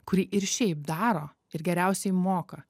kurį ir šiaip daro ir geriausiai moka